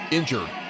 injured